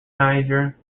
niger